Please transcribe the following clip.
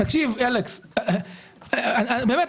באמת,